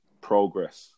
progress